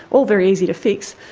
all very easy to fix,